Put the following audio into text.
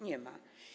Nie ma.